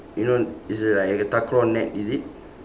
you know it's a like a takraw net is it